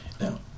Now